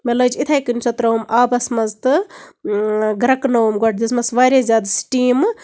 مےٚ لٔجۍ یِتھٕے کٔنۍ سۄ ترٲوٕم آبَس منٛز تہٕ گریٚکہٕ نٲوٕم گۄڈٕ دِژمَس واریاہ زیادٕ سِٹیٖمہٕ